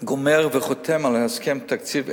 גומר וחותם על הסכם התקציב,